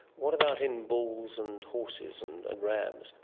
what about in bulls and horses and and rams?